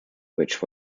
which